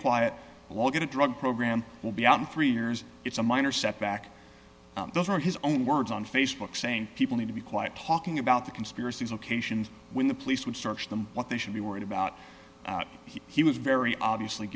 quiet a lot of drug program will be out in three years it's a minor setback those are his own words on facebook saying people need to be quiet talking about the conspiracies locations when the police would search them what they should be worried about he was very obviously